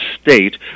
state